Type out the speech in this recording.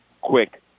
quick